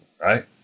right